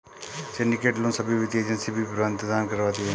syndicate loan सभी वित्तीय agency भी प्रदान करवाती है